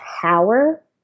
power